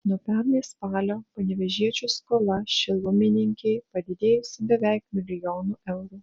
nuo pernai spalio panevėžiečių skola šilumininkei padidėjusi beveik milijonu eurų